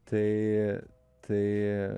tai tai